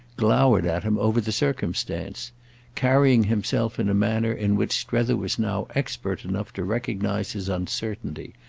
glowered at him over the circumstance carrying himself in a manner in which strether was now expert enough to recognise his uncertainty,